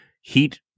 heat